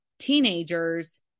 teenagers